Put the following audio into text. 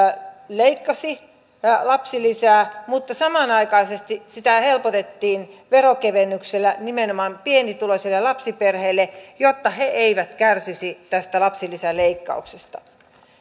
leikkasi lapsilisää mutta samanaikaisesti sitä helpotettiin veronkevennyksellä nimenomaan pienituloisille lapsiperheille jotta he eivät kärsisi tästä lapsilisän leikkauksesta